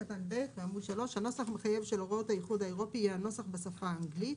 (ב) הנוסח המחייב של הוראות האיחוד האירופי יהיה הנוסח בשפה האנגלית,